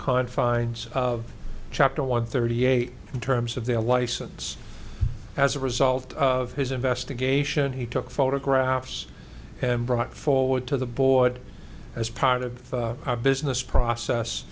confines of chapter one thirty eight in terms of their license as a result of his investigation he took photographs and brought forward to the board as part of our business process